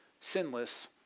sinless